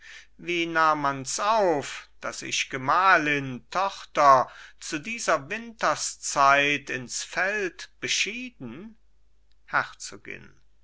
wie nahm mans auf daß ich gemahlin tochter zu dieser winterszeit ins feld beschieden herzogin